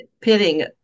pitting